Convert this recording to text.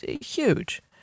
huge